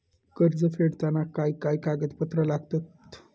कर्ज फेडताना काय काय कागदपत्रा लागतात?